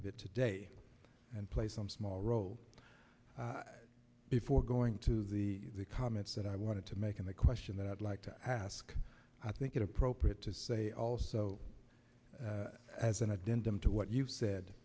of it today and play some small role before going to the comments that i wanted to make in the question that i'd like to ask i think it appropriate to say also as an addendum to what you've said